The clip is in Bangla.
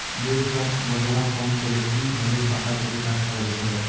জৈব সার ব্যবহার কম করে কি কিভাবে পাতা কপি চাষ করা যেতে পারে?